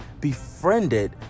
befriended